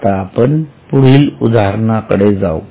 आता आपण पुढील उदाहरणा कडे जाऊ